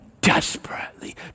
desperately